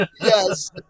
yes